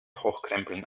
hochkrempeln